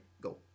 Go